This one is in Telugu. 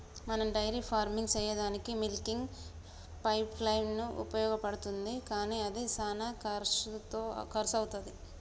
మనం డైరీ ఫార్మింగ్ సెయ్యదానికీ మిల్కింగ్ పైప్లైన్ ఉపయోగించబడుతుంది కానీ అది శానా కర్శు అవుతది